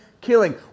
killing